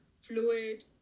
fluid